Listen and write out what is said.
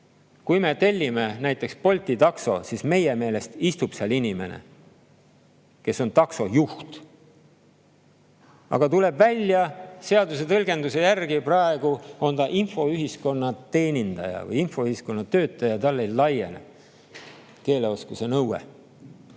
kui me tellime näiteks Bolti takso, siis meie meelest istub seal inimene, kes on taksojuht, aga tuleb välja, et seaduse tõlgenduse järgi praegu on ta infoühiskonna teenindaja või infoühiskonna töötaja, talle ei laiene keeleoskuse nõue.